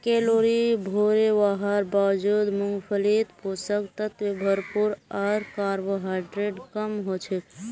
calorie भोरे हवार बावजूद मूंगफलीत पोषक तत्व भरपूर आर कार्बोहाइड्रेट कम हछेक